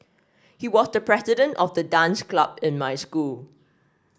he was the president of the dance club in my school